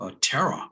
terror